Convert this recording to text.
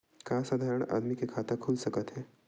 का साधारण आदमी के खाता खुल सकत हे?